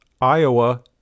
Iowa